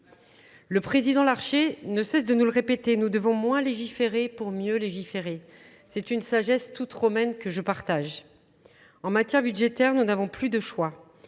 Le président Larcher ne cesse de nous le répéter. Nous devons moins légiférer pour mieux légiférer. C'est une sagesse toute romaine que je partage. En matière budgétaire, nous n'avons plus de choix.